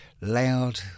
loud